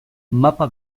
mapa